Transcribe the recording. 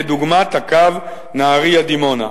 כדוגמת הקו נהרייה דימונה.